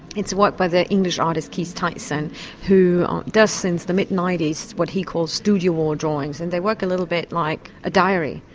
it's work by the english artist keith tyson who does, since the mid ninety s, what he calls studio wall drawings, and they work a little bit like a diary.